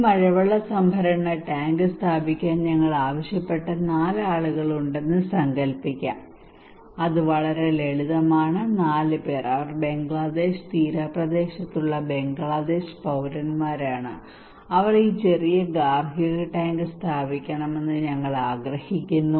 ഈ മഴവെള്ള സംഭരണ ടാങ്ക് സ്ഥാപിക്കാൻ ഞങ്ങൾ ആവശ്യപ്പെട്ട നാല് ആളുകളുണ്ടെന്ന് സങ്കൽപ്പിക്കാം അത് വളരെ ലളിതമാണ് നാല് പേർ അവർ ബംഗ്ലാദേശ് തീരപ്രദേശത്തുള്ള ബംഗ്ലാദേശ് പൌരന്മാരാണ് അവർ ഈ ചെറിയ ഗാർഹിക ടാങ്ക് സ്ഥാപിക്കണമെന്ന് ഞങ്ങൾ ആഗ്രഹിക്കുന്നു